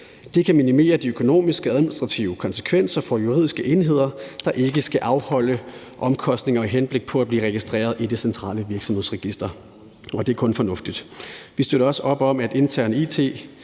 Det kan minimere de økonomiske og administrative konsekvenser for juridiske enheder, der ikke skal afholde omkostninger med henblik på at blive registreret i Det Centrale Virksomhedsregister, og det er kun fornuftigt. Vi støtter også op om, at interne